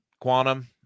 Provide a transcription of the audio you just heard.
quantum